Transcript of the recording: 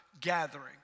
gathering